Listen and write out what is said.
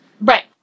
Right